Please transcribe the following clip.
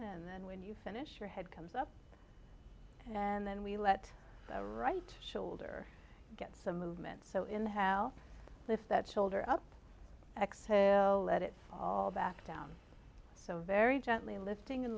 and then when you finish your head comes up and then we let the right shoulder get some movement so in the hal lift that shoulder up exhale let it all back down so very gently lifting